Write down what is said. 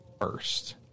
first